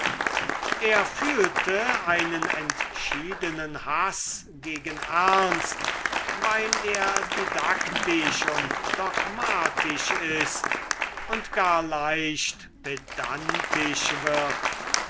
er fühlte einen entschiedenen haß gegen ernst weil er didaktisch und dogmatisch ist und gar leicht pedantisch wird